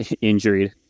injured